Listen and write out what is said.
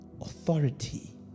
Authority